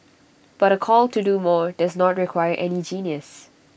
but A call to do more does not require any genius